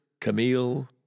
Camille